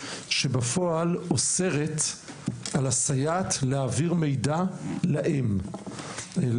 שבפועל אוסרת על הסייעת להעביר מידע להורים.